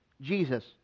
Jesus